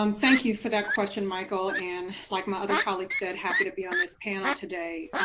um thank you for that question michael, and like my other colleagues said, happy to be on this panel today.